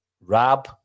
Rab